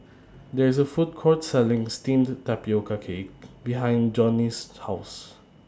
There IS A Food Court Selling Steamed Tapioca Cake behind Jonnie's House